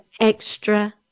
extra